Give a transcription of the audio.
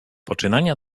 poczynania